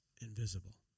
invisible